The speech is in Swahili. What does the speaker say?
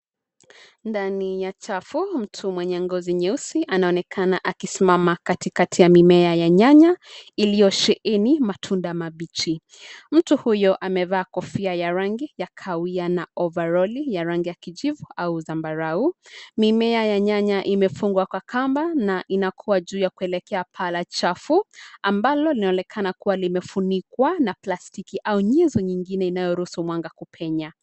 Ndani ya chafu, mtu mwenye ngozi nyeusi anaonekana akisimama katikati ya mimea ya nyanya iliyosheheni matunda mabichi. Mtu huyo amevaa kofia ya rangi ya kahawia na overoli ya rangi ya kijivu au zambarau. Mimea ya nyanya imefungwa kwa kamba na inakuwa juu ya kuelekea paa la chafu, ambalo linaonekana kuwa limefunikwa na plastiki au nyenzo nyingine inayoruhusu mwanga kupenya.